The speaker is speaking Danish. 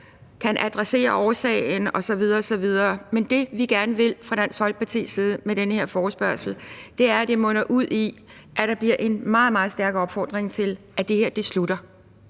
kan adressere årsagen osv. osv. Men det, vi fra Dansk Folkepartis side gerne vil have med den her forespørgsel, er, at det munder ud i, at der bliver en meget, meget stærk opfordring til, at det her slutter.